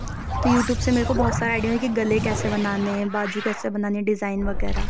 تو YouTube سے میرے کو بہت سارے آئیڈیا کہ گلے کیسے بنانے ہیں باجو کیسے بنانی ہے ڈیزائن وغیرہ